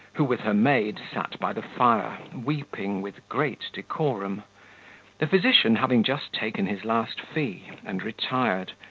who, with her maid, sat by the fire, weeping with great decorum the physician having just taken his last fee, and retired,